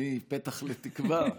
תני פתח לתקווה.